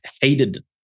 hated